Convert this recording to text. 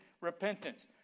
repentance